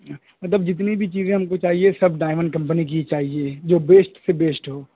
مطلب جتنی بھی چیزیں ہم کو چاہیے سب ڈائمنڈ کمپنی کی ہی چاہیے جو بیسٹ سے بیسٹ ہو